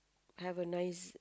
have a nice